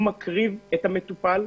הוא מקריב את המטופל,